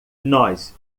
nós